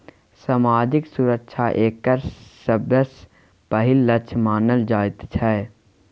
सामाजिक सुरक्षा एकर सबसँ पहिल लक्ष्य मानल जाइत छै